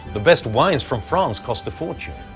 the best wines from france cost a fortune.